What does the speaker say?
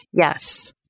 Yes